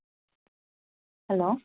hello